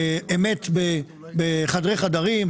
אמת בחדרי חדרים,